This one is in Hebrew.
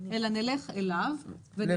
אלא נלך אליו ונראה שהכול --- כן.